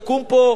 חירום,